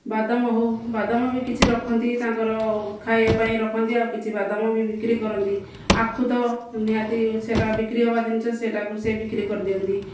ବାଦାମ ହେଉ ବାଦାମ ବି କିଛି ରଖନ୍ତି ତାଙ୍କର ଖାଇବା ପାଇଁ ରଖନ୍ତି ଆଉ କିଛି ବାଦାମ ବି ବିକ୍ରି କରନ୍ତି ଆଖୁ ତ ନିହାତି ସେ'ଟା ବିକ୍ରି ହେବା ଜିନିଷ ସେଇଟାକୁ ସିଏ ବିକ୍ରି କରିଦିଅନ୍ତି